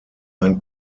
ein